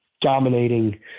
dominating